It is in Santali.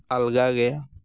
ᱟᱞᱜᱟ ᱜᱮ